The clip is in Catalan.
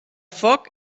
foc